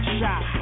shot